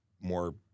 more